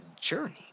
journey